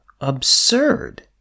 absurd